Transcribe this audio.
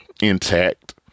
intact